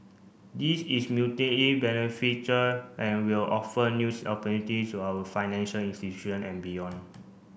this is beneficial and will offer news opportunities to our financial institution and beyond